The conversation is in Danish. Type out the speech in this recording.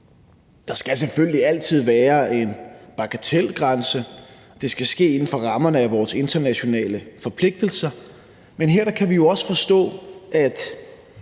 Der skal selvfølgelig altid være en bagatelgrænse, og det skal ske inden for rammerne af vores internationale forpligtelser. Men her kan vi jo også forstå, at